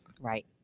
Right